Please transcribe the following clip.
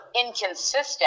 inconsistent